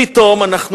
פתאום אנחנו